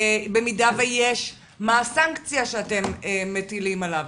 במידה שיש, מה הסנקציה שאתם מטילים עליו?